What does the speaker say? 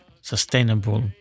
sustainable